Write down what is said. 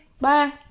bye